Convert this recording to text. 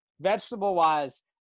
vegetable-wise